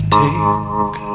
take